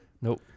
Nope